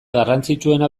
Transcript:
garrantzitsuena